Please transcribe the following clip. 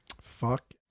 Fuck